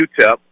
UTEP